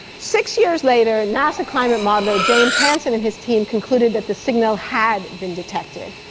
six years later, nasa climate modeller, james hansen and his team, concluded that the signal had been detected.